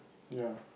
ya